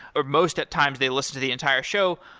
or, most at times, they listen to the entire show.